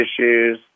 issues